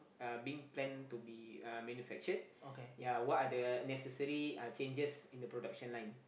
are being planned to be uh manufactured ya what are the necessary uh changes in the production line